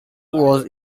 was